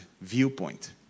viewpoint